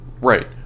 Right